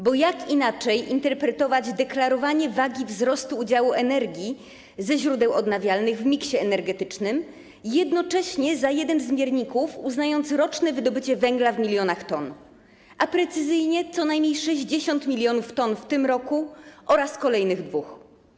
Bo jak inaczej interpretować deklarowanie wagi wzrostu udziału energii ze źródeł odnawialnych w miksie energetycznym i jednocześnie uznawanie za jeden z mierników roczne wydobycie węgla w milionach ton, a precyzyjnie - co najmniej 60 mln t w tym roku oraz w kolejnych 2 latach.